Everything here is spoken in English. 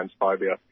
transphobia